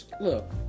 look